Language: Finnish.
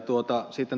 täällä ed